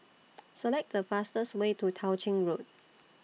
Select The fastest Way to Tao Ching Road